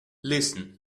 listen